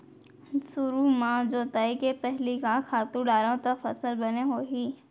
सुरु म जोताई के पहिली का खातू डारव त फसल बने होही?